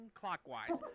clockwise